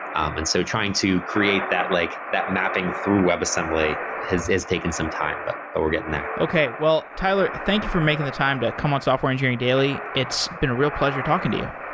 and so trying to create that like that mapping through webassembly has taken some time, but but we're getting there. okay. well, tyler, thank you for making the time to come on software engineering daily. it's been a real pleasure talking to you.